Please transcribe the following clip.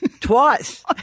Twice